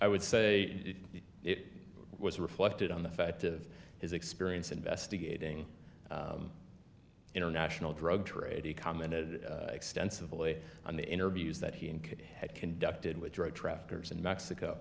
i would say it was reflected on the fact of his experience investigating international drug trade he commented extensively on the interviews that he had conducted with drug traffickers in mexico